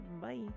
bye